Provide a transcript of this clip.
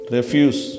Refuse